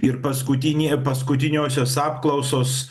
ir paskutinė paskutiniosios apklausos